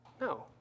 No